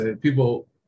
people